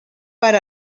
per